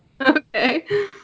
Okay